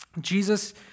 Jesus